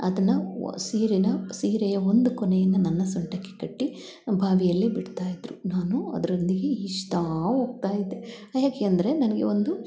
ಅದನ್ನ ಒ ಸೀರೆನ ಸೀರೆಯ ಒಂದು ಕೊನೆಯನ್ನು ನನ್ನ ಸೊಂಟಕ್ಕೆ ಕಟ್ಟಿ ಬಾವಿಯಲ್ಲಿ ಬಿಡ್ತಾಯಿದ್ದರು ನಾನು ಅದರೊಂದಿಗೆ ಈಜ್ತಾ ಹೋಗ್ತಾ ಇದ್ದೆ ಏಕೆ ಅಂದರೆ ನನಗೆ ಒಂದು